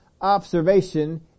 observation